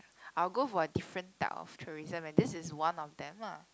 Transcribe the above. I will go for a different type of tourism and this is one of them lah